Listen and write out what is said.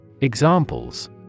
Examples